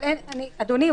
אדוני,